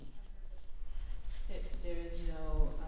under the the there is no,